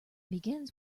begins